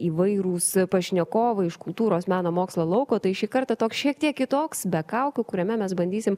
įvairūs pašnekovai iš kultūros meno mokslo lauko tai šį kartą toks šiek tiek kitoks be kaukių kuriame mes bandysim